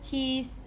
he's